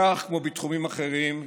כך, כמו בתחומים אחרים,